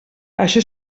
això